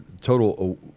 total